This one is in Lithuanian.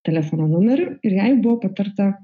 telefono numeriu ir jai buvo patarta